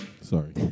Sorry